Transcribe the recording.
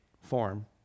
form